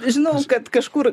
žinau kad kažkur